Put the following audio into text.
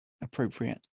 appropriate